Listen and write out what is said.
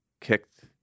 kicked